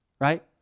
right